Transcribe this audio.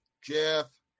Jeff